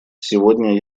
сегодня